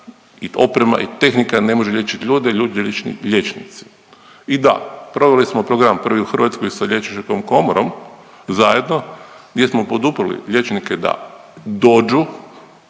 i oprema i tehnika ne može liječit ljude, ljude lijeće liječnici. I da proveli smo program prvi u Hrvatskoj sa liječničkom komorom zajedno gdje smo poduprli liječnike da dođu